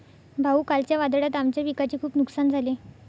भाऊ, कालच्या वादळात आमच्या पिकाचे खूप नुकसान झाले